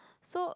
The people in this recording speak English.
so